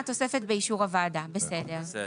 בסדר.